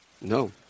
No